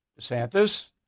DeSantis